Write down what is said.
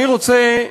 אני רוצה,